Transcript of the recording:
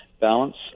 balance